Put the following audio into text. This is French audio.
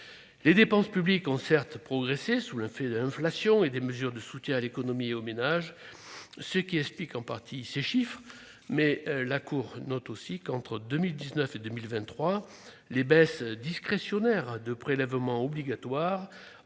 Les dépenses publiques ont, certes, progressé sous l'effet de l'inflation et des mesures de soutien à l'économie et aux ménages, ce qui explique en partie ces chiffres, mais, comme le note aussi la Cour, entre 2019 et 2023, les baisses discrétionnaires de prélèvements obligatoires